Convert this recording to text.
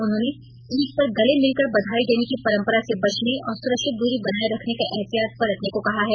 उन्होंने ईद पर गले मिलकर बधाई देने की परम्परा से बचने और सुरक्षित दूरी बनाये रखने का एहतियात बरतने को कहा है